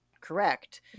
correct